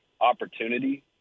opportunity